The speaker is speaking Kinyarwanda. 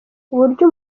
uburyo